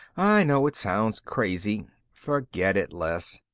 i know it sounds crazy. forget it, les.